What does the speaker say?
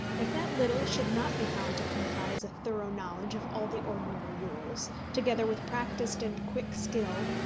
if that little should not be found to comprise a thorough knowledge of all the ordinary rules, together with practised and quick skill,